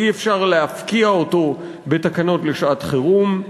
אי-אפשר להפקיע אותו בתקנות לשעת-חירום.